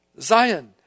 Zion